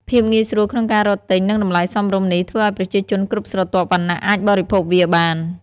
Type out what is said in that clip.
ភាពងាយស្រួលក្នុងការរកទិញ និងតម្លៃសមរម្យនេះ ធ្វើឲ្យប្រជាជនគ្រប់ស្រទាប់វណ្ណៈអាចបរិភោគវាបាន។